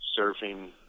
surfing